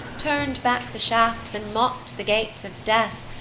turn'd back the shafts, and mock'd the gates of death,